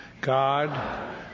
God